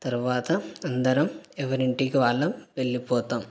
తరువాత అందరం ఎవరింటికీ వాళ్ళం వెళ్ళిపోతాం